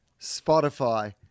Spotify